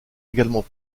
également